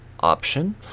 option